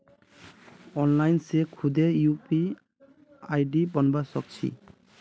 online से खुदे UPI बनवा सक छी